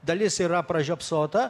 dalis yra pražiopsota